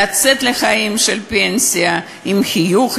לצאת לחיים של פנסיה עם חיוך,